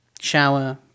shower